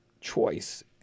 choice